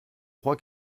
crois